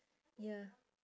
ya